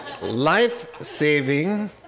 Life-saving